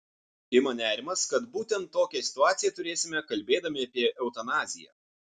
ima nerimas kad būtent tokią situaciją turėsime kalbėdami apie eutanaziją